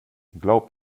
glaub